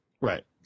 Right